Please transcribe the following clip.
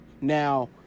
Now